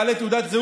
הוא יביך את עצמו,